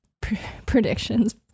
predictions